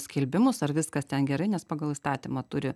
skelbimus ar viskas ten gerai nes pagal įstatymą turi